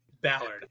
Ballard